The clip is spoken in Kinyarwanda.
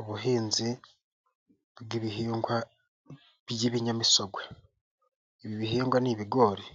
Ubuhinzi bw'ibihingwa by'ibinyamisogwe, ibi bihingwa ni ibigori,